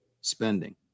spending